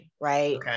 right